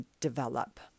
develop